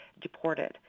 deported